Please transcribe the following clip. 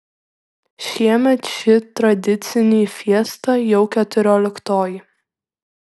šiemet ši tradicinį fiesta jau keturioliktoji